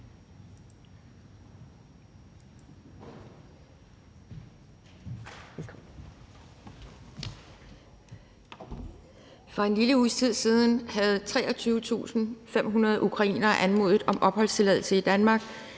For en lille uges tid siden havde 23.500 ukrainere anmodet om opholdstilladelse i Danmark